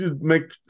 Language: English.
make